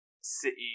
City